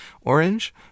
Orange